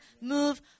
move